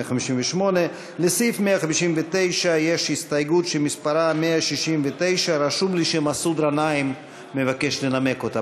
158. לסעיף 159 יש הסתייגות שמספרה 169. רשום לי שמסעוד גנאים מבקש לנמק אותה.